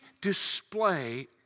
display